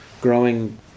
growing